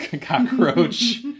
cockroach